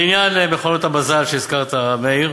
לעניין מכונות המזל שהזכרת, מאיר,